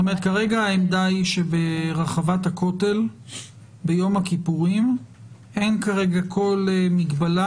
זאת אומרת העמדה היא שברחבת הכותל ביום הכיפורים אין כל מגבלה,